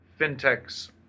Fintechs